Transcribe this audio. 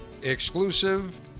exclusive